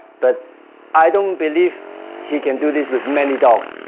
but i don't believe he can do this with many dogs,